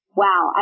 wow